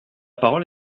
parole